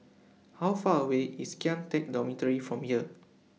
How Far away IS Kian Teck Dormitory from here